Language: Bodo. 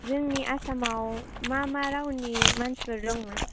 जोंनि आसामाव मा मा रावनि मानसिफोर दंमोन